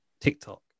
TikTok